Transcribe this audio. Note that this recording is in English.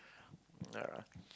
yeah